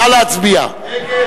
נא להצביע.